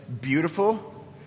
beautiful